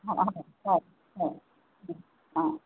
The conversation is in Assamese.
হয় হয় হয় অঁ